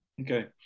Okay